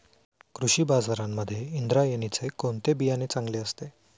कृषी बाजारांमध्ये इंद्रायणीचे कोणते बियाणे चांगले असते?